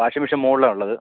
washing machine മുകളിലാണ് ഉള്ളത്